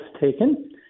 taken